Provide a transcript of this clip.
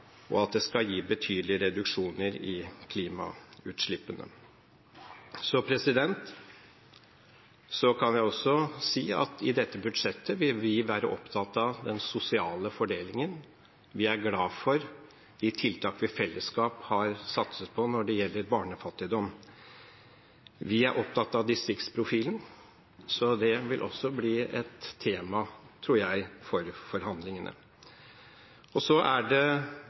og at det skal gi betydelige reduksjoner i klimagassutslippene. Så kan jeg også si at i dette budsjettet vil vi være opptatt av den sosiale fordelingen. Vi er glad for de tiltak vi i fellesskap har satset på når det gjelder barnefattigdom. Vi er opptatt av distriktsprofilen, så det vil også bli et tema, tror jeg, for forhandlingene. Det er